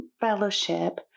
fellowship